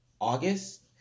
August